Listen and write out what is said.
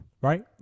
right